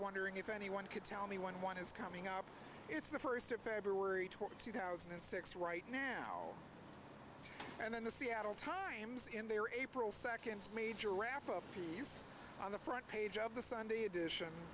wondering if anyone could tell me when one is coming up it's the first of february twelfth two thousand and six right now and then the seattle times in their april second major wrap up piece on the front page of the sunday edition